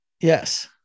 Yes